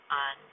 on